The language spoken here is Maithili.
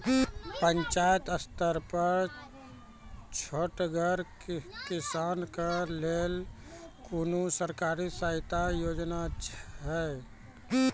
पंचायत स्तर पर छोटगर किसानक लेल कुनू सरकारी सहायता योजना छै?